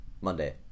Monday